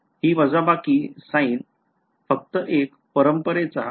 हि वजाबाकी sign फक्त एक परंपरा आहे